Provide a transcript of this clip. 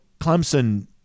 Clemson